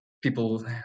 people